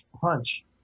punch